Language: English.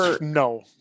no